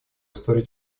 истории